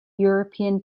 european